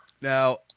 now